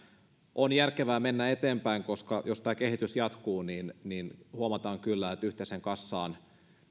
on järkevää mennä eteenpäin koska jos tämä kehitys jatkuu niin niin huomataan kyllä että yhteiseen kassaan